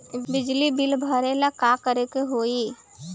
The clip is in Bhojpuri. बिजली बिल भरेला का करे के होई?